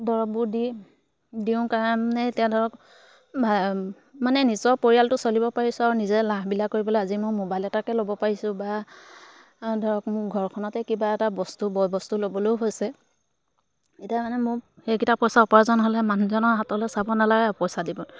দৰৱবোৰ দি দিওঁ কাৰণে এতিয়া ধৰক ভা মানে নিজৰ পৰিয়ালটো চলিব পাৰিছোঁ আৰু নিজে লাহবিলাহ কৰিবলৈ আজি মই মোবাইল এটাকে ল'ব পাৰিছোঁ বা ধৰক মোৰ ঘৰখনতে কিবা এটা বস্তু বয়বস্তু ল'বলৈও হৈছে এতিয়া মানে মোক সেইকেইটা পইচা উপাৰ্জন হ'লে মানুহজনৰ হাতলৈ চাব নালাগে আৰু পইচা দিব